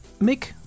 Mick